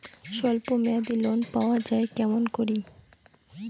স্বল্প মেয়াদি লোন পাওয়া যায় কেমন করি?